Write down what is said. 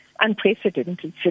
unprecedented